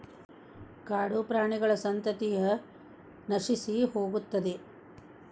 ಕಾಡುಪ್ರಾಣಿಗಳ ಸಂತತಿಯ ನಶಿಸಿಹೋಗುತ್ತದೆ